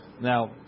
Now